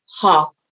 Half